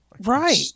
right